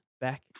back